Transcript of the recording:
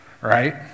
right